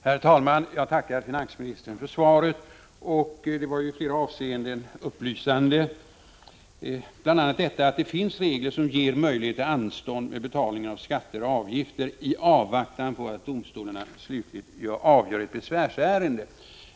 Herr talman! Jag tackar finansministern för svaret. Det var i flera avseenden upplysande. Det finns alltså regler som ger möjlighet till anstånd med betalning av skatter och avgifter, i avvaktan på att domstolarna slutgiltigt avgör ett besvärsärende.